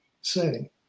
setting